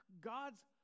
God's